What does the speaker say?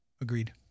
Agreed